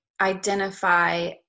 identify